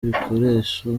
n’ibikoresho